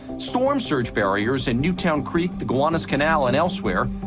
storm-surge barriers in newtown creek, the gowanus canal, and elsewhere,